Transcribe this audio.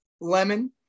lemon